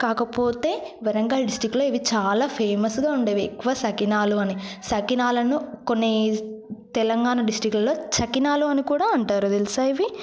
కాకపోతే వరంగల్ డిస్ట్రిక్లో ఇవి చాలా ఫేమస్గా ఉండేవి ఎక్కువ సకినాలు అనేది సకినాలను కొన్ని తెలంగాణ డిస్టిక్లలో చకినాలు కూడా అంటారు తెలుసా ఇవి